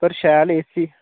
पर शैल A C